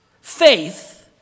Faith